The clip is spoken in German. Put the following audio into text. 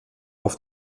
auf